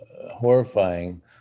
horrifying